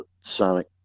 Sonic